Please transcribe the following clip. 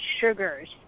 sugars